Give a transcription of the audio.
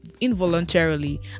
involuntarily